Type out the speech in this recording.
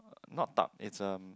not tub it's um